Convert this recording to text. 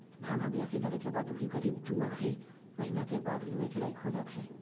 धान ह बियासी करे के बाद उही करीब दू अढ़ाई महिना के बाद लुए के लाइक हो जाथे